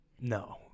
No